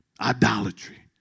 idolatry